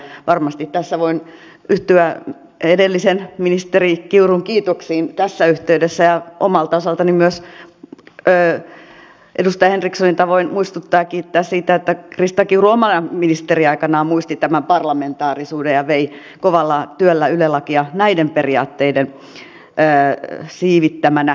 varmasti tässä voin yhtyä edellisen ministerin kiurun kiitoksiin tässä yhteydessä ja omalta osaltani myös edustaja henrikssonin tavoin muistuttaa ja kiittää siitä että krista kiuru omana ministeriaikanaan muisti tämän parlamentaarisuuden ja vei kovalla työllä yle lakia näiden periaatteiden siivittämänä eteenpäin